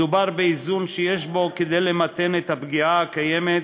מדובר באיזון שיש בו כדי למתן את הפגיעה הקיימת